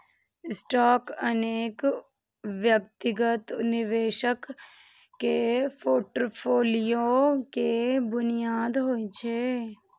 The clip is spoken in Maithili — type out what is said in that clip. स्टॉक अनेक व्यक्तिगत निवेशक के फोर्टफोलियो के बुनियाद होइ छै